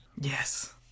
Yes